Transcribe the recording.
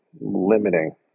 limiting